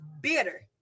bitter